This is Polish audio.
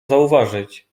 zauważyć